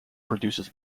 produces